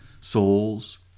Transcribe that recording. souls